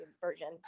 version